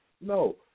No